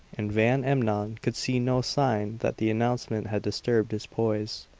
and van emmon could see no sign that the announcement had disturbed his poise.